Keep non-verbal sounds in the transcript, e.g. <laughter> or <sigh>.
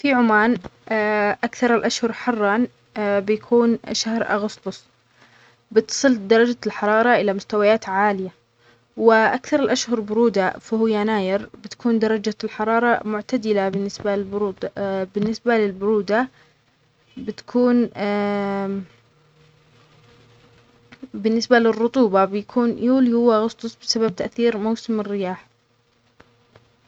في عمان، <hesitation> كثر الأشهر حرّاً بيكون شهر أغسطس. بتصل درجة الحرارة إلى مستويات عالية. وأكثر الأشهر برودة، فهو يناير، بتكون درجة الحرارة معتدلة بالنسبة للبرود- بالنسبة للبرودة بيكون. <hesitation> بالنسبة للرطوبة، بيكون يوليو وأغسطس بسبب تأثير موسم الرياح.